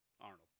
Arnold